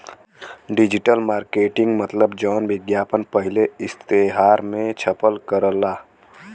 digital marketing मतलब जौन विज्ञापन पहिले इश्तेहार मे छपल करला